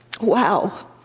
Wow